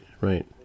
right